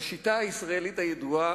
בשיטה הישראלית הידועה,